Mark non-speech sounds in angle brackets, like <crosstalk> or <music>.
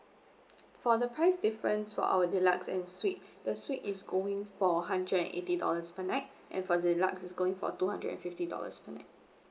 for the price difference for our deluxe and suite <breath> the suite is going for hundred and eighty dollars per night and for deluxe is going for two hundred and fifty dollars per night